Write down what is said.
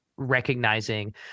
recognizing